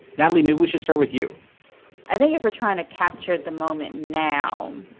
natalie, maybe we should start with you i think if we're trying to capture the moment now,